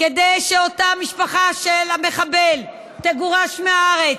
כדי שאותה משפחה של המחבל תגורש מהארץ,